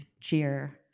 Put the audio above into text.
cheer